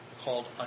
called